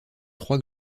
trois